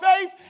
faith